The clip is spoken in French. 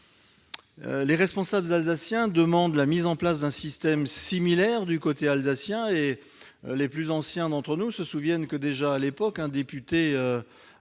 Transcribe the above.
les responsables alsaciens demandent la mise en place d'un système similaire sur leur territoire et les plus anciens d'entre nous se souviennent qu'à l'époque un député